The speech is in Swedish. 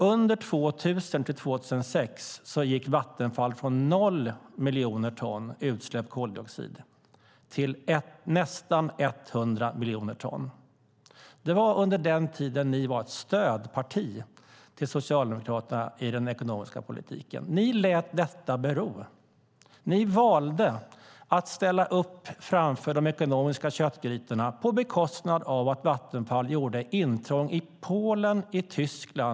År 2000-2006 gick Vattenfall från 0 miljoner ton utsläpp av koldioxid till nästan 100 miljoner ton. Det var under den tiden ni var ett stödparti till Socialdemokraterna i den ekonomiska politiken. Ni lät detta bero. Ni valde att ställa upp framför de ekonomiska köttgrytorna på bekostnad av att Vattenfall gjorde intrång i Polen och Tyskland.